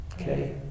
Okay